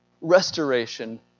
restoration